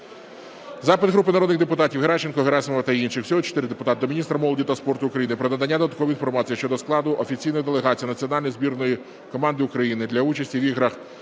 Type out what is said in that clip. Запит групи народних депутатів (Геращенко, Герасимова та інших. Всього 4 депутатів) до міністра молоді та спорту України про надання додаткової інформації щодо складу офіційної делегації національної збірної команди України для участі в Іграх